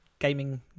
Gaming